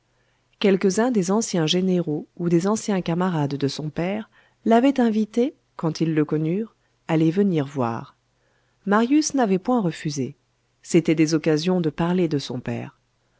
quelques-uns des anciens généraux ou des anciens camarades de son père l'avaient invité quand ils le connurent à les venir voir marius n'avait point refusé c'étaient des occasions de parler de son père